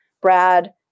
Brad